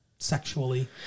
Sexually